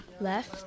left